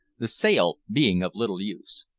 the sail being of little use.